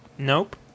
Nope